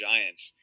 Giants